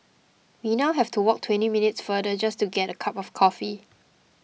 we now have to walk twenty minutes farther just to get a cup of coffee